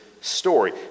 story